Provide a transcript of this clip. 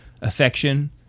affection